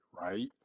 right